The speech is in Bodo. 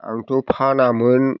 आंथ' फानामोन